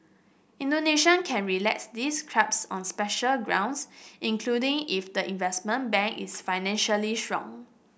Indonesian can relax these curbs on special grounds including if the investment bank is financially strong